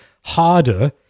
harder